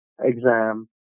exam